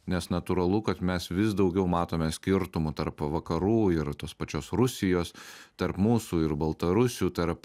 nes natūralu kad mes vis daugiau matome skirtumų tarp vakarų ir tos pačios rusijos tarp mūsų ir baltarusių tarp